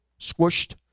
squished